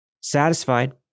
Satisfied